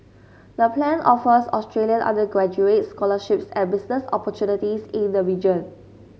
the plan offers Australian undergraduates scholarships and business opportunities in the region